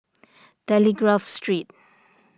Telegraph Street